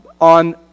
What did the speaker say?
on